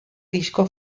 disko